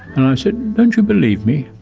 and i said, don't you believe me?